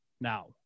Now